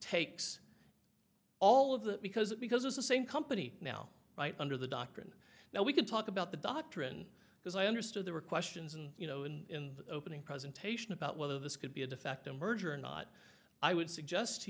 takes all of that because because it's the same company now right under the doctrine now we could talk about the doctrine because i understood there were questions and you know in the opening presentation about whether this could be a defect a merger or not i would suggest to